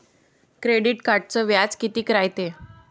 Credit कार्डचं व्याज कितीक रायते?